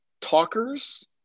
talkers